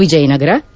Vijayanagara K